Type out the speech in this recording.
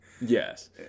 Yes